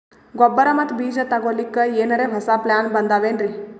ಗೊಬ್ಬರ ಮತ್ತ ಬೀಜ ತೊಗೊಲಿಕ್ಕ ಎನರೆ ಹೊಸಾ ಪ್ಲಾನ ಬಂದಾವೆನ್ರಿ?